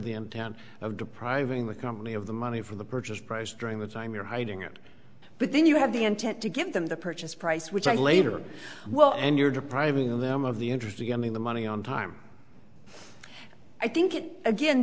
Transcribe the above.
the in town of depriving the company of the money for the purchase price during the time you're hiding it but then you have the intent to give them the purchase price which i later well and you're depriving them of the interest of getting the money on time i think it again